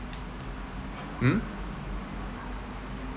hmm